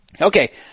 Okay